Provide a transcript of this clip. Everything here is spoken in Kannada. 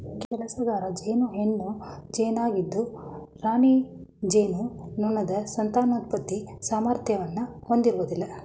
ಕೆಲ್ಸಗಾರ ಜೇನು ಹೆಣ್ಣು ಜೇನಾಗಿದ್ದು ರಾಣಿ ಜೇನುನೊಣದ ಸಂತಾನೋತ್ಪತ್ತಿ ಸಾಮರ್ಥ್ಯನ ಹೊಂದಿರೋದಿಲ್ಲ